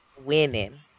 Winning